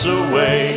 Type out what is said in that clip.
away